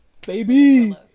baby